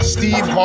Steve